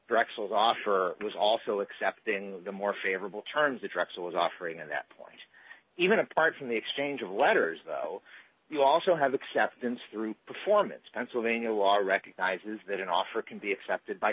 actual offer was also accepted in a more favorable terms the drexel was offering at that point even apart from the exchange of letters though you also have acceptance through performance pennsylvania water recognizes that an offer can be accepted by